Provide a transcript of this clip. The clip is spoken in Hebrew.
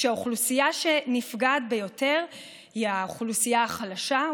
והאוכלוסייה שנפגעת ביותר היא האוכלוסייה החלשה,